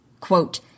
Quote